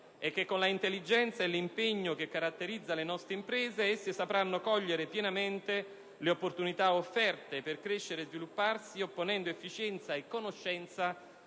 Queste, con l'intelligenza e l'impegno che le caratterizza, sapranno cogliere pienamente le opportunità offerte per crescere e svilupparsi, opponendo efficienza e conoscenza